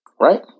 right